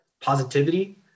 positivity